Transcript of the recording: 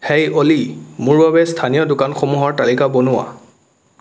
হেই Olly মোৰ বাবে স্থানীয় দোকানসমূহৰ তালিকা বনোৱা